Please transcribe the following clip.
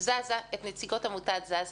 נציגות עמותת "זזה"